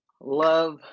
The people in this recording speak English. love